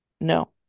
No